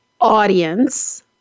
audience